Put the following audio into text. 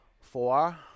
Four